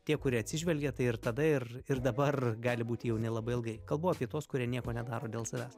tie kurie atsižvelgia tai ir tada ir ir dabar gali būti jauni labai ilgai kalbu apie tuos kurie nieko nedaro dėl savęs